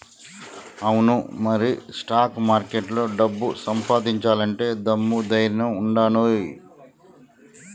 అవును మరి స్టాక్ మార్కెట్లో డబ్బు సంపాదించాలంటే దమ్ము ధైర్యం ఉండానోయ్